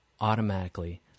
automatically